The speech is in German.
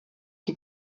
die